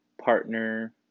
partner